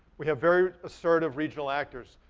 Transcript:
we have very assertive regional actors.